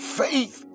faith